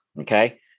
Okay